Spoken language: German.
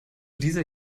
dieser